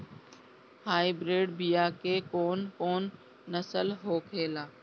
Hybrid बीया के कौन कौन नस्ल होखेला?